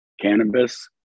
cannabis